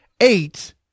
eight